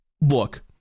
Look